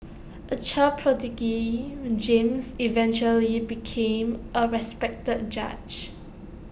A child prodigy James eventually became A respected judge